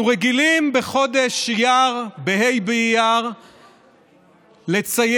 אנחנו רגילים בחודש אייר, בה' באייר, לציין,